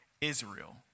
Israel